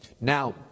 Now